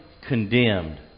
Condemned